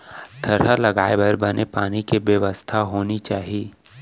थरहा लगाए बर बने पानी के बेवस्था होनी चाही